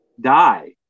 Die